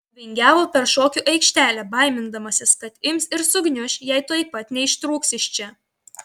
nuvingiavo per šokių aikštelę baimindamasis kad ims ir sugniuš jei tuoj pat neištrūks iš čia